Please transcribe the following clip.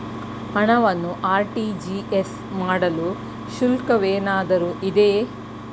ಹಣವನ್ನು ಆರ್.ಟಿ.ಜಿ.ಎಸ್ ಮಾಡಲು ಶುಲ್ಕವೇನಾದರೂ ಇದೆಯೇ?